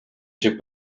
шиг